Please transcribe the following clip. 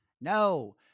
No